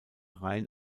rein